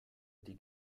die